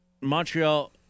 Montreal